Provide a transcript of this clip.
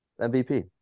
MVP